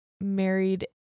Married